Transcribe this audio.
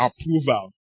approval